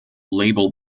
label